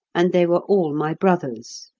and they were all my brothers.